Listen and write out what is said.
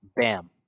Bam